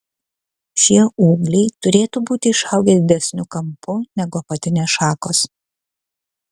šie ūgliai turėtų būti išaugę didesniu kampu negu apatinės šakos